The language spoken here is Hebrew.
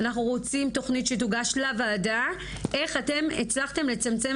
אנחנו רוצים תוכנית שתוגש לוועדה איך אתם הצלחתם לצמצם